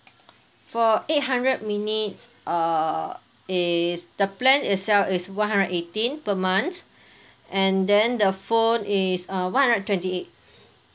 for eight hundred minutes err is the plan itself is one hundred eighteen per month and then the phone is uh one hundred twenty eight